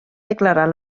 declarar